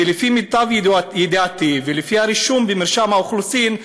ולפי מיטב ידיעתי ולפי הרישום במרשם האוכלוסין,